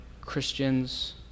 Christians